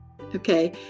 Okay